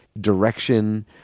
direction